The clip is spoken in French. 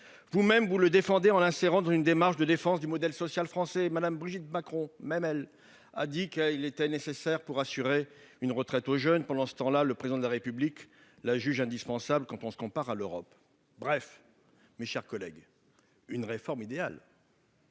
défendez cette réforme en l'inscrivant dans une démarche de défense du modèle social français. Mme Brigitte Macron, pour sa part, a affirmé qu'elle était nécessaire pour assurer une retraite aux jeunes. Pendant ce temps, le Président de la République la juge « indispensable quand on se compare à l'Europe ». Bref, mes chers collègues : une réforme idéale,